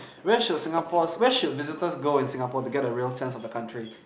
where should Singapore's where should visitors go in Singapore to get the real sense of the country